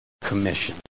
commission